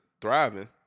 thriving